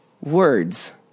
words